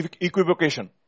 equivocation